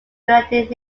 united